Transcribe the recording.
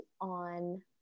on